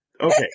Okay